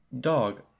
Dog